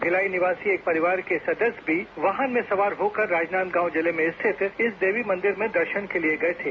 भिलाई निवासी एक परिवार के सदस्य भी वाहन में सवार होकर राजनांदगांव जिले में स्थित इस देवी मंदिर में दर्शन के लिए गये थे